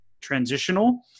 transitional